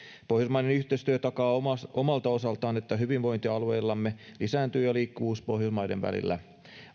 pohjoismainen yhteistyö takaa omalta osaltaan että hyvinvointi alueillamme lisääntyy ja liikkuvuus pohjoismaiden välillä